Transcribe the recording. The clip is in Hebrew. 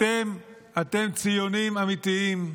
אתם, אתם ציונים אמיתיים.